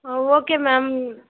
ah okay ma'am